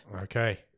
Okay